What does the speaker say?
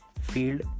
Field